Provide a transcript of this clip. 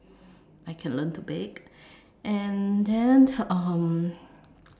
I can learn to bake and then um